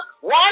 one